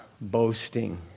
boasting